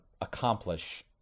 accomplish